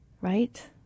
right